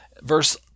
Verse